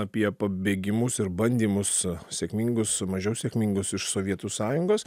apie pabėgimus ir bandymus sėkmingus mažiau sėkmingus iš sovietų sąjungos